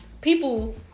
People